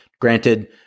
Granted